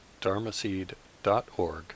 dharmaseed.org